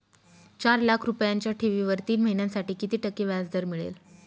चार लाख रुपयांच्या ठेवीवर तीन महिन्यांसाठी किती टक्के व्याजदर मिळेल?